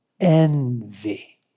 envy